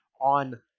on